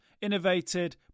Innovated